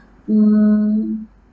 um